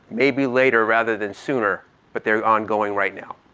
maybe later rather than sooner but they're ongoing right now.